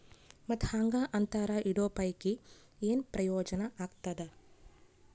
ಮತ್ತ್ ಹಾಂಗಾ ಅಂತರ ಇಡೋ ಪೈಕಿ, ಏನ್ ಪ್ರಯೋಜನ ಆಗ್ತಾದ?